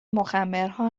مخمرها